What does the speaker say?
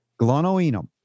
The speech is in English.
glonoenum